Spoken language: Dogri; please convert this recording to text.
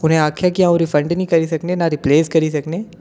उ'नें आखेआ कि अ'ऊं रिफंड नेईं करी सकने नां रिपलेस करी सकनें